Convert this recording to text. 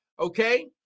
okay